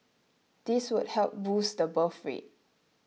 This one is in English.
this would help boost the birth rate